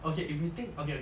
okay if you think okay okay